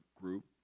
group